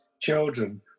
children